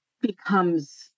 becomes